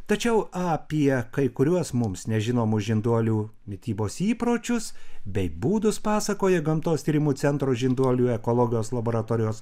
tačiau apie kai kuriuos mums nežinomus žinduolių mitybos įpročius bei būdus pasakoja gamtos tyrimų centro žinduolių ekologijos laboratorijos